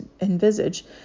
envisage